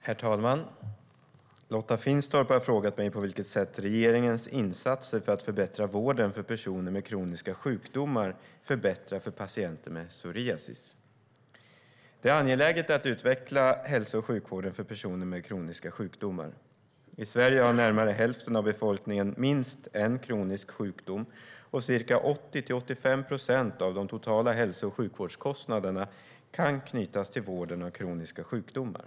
Herr talman! Lotta Finstorp har frågat mig på vilket sätt regeringens insatser för att förbättra vården för personer med kroniska sjukdomar förbättrar för patienter med psoriasis. Det är angeläget att utveckla hälso och sjukvården för personer med kroniska sjukdomar. I Sverige har närmare hälften av befolkningen minst en kronisk sjukdom, och 80-85 procent av de totala hälso och sjukvårdskostnaderna kan knytas till vården av kroniska sjukdomar.